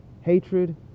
hatred